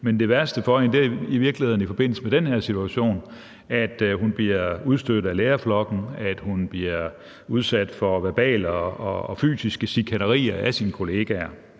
Men det værste for hende er i virkeligheden i forbindelse med den her situation, at hun bliver udstødt af lærerflokken, at hun bliver udsat for verbale og fysiske chikanerier af sine kolleger,